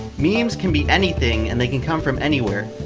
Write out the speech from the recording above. memes can be anything and they can come from anywhere.